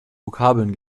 vokabeln